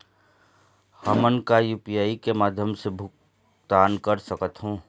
हमन का यू.पी.आई के माध्यम भुगतान कर सकथों?